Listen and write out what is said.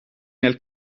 nel